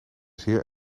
zeer